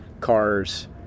cars